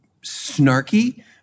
snarky